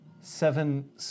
Seven